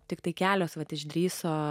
tiktai kelios vat išdrįso